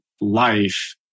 life